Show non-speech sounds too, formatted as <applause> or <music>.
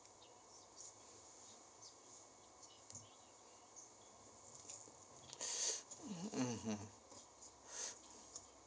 <breath> mmhmm mm <breath>